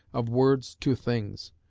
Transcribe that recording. of words to things.